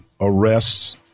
arrests